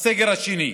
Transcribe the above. הסגר השני,